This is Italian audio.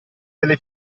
delle